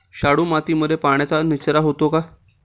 शाडू मातीमध्ये पाण्याचा निचरा होतो का?